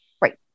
Right